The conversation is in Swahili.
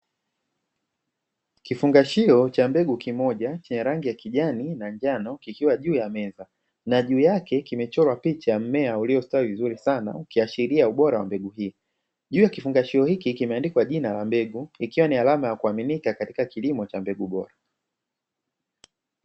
Kifungashio cha mbegu kimoja chenye rangi ya kijani na njano kikiwa juu ya meza, na juu yake kimechorwa picha ya mmea uliostawi vizuri sana ukiashiria ubora wa mbegu hii, juu ya kifungashio hiki kimeandikwa jina la mbegu ikiwa ni alama ya kuaminika katika kilimo cha mbegu bora.